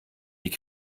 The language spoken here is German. die